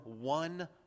one